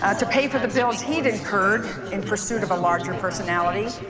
ah to pay for the bills he'd incurred in pursuit of a larger personality,